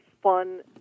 fun